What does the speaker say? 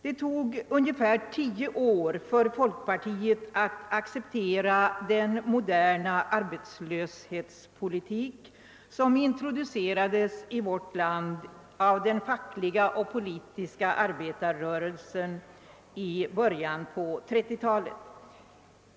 Det tog ungefär tio år för folkpartiet att acceptera den moderna arbetslöshetspolitik som introducerades i vårt land av den fackliga och politiska arbetarrörelsen i början på 1930-talet.